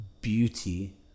beauty